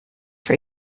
for